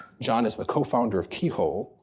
john is the co-founder of keyhole,